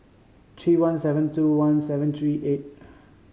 three one seven two one seven three eight